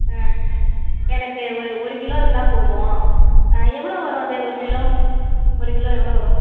ஆ எனக்கு ஒரு ஒரு கிலோ இருந்தால் போதும் எவ்வளோ வரும் அது ஒரு கிலோ ஒரு கிலோ எவ்வளோ வரும்